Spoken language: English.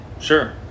Sure